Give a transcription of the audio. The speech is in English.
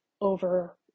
over